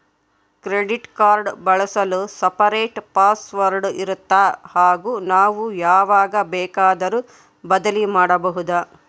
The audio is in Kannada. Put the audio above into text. ಕ್ರೆಡಿಟ್ ಕಾರ್ಡ್ ಬಳಸಲು ಸಪರೇಟ್ ಪಾಸ್ ವರ್ಡ್ ಇರುತ್ತಾ ಹಾಗೂ ನಾವು ಯಾವಾಗ ಬೇಕಾದರೂ ಬದಲಿ ಮಾಡಬಹುದಾ?